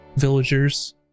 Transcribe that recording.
Villagers